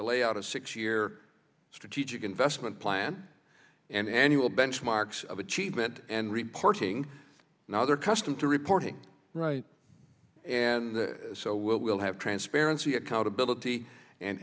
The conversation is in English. lay out a six year strategic investment plan and annual benchmarks of achievement and reporting and other custom to reporting right and so we'll have transparency accountability and